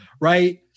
Right